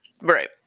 Right